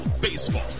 baseball